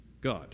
God